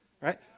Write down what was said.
Right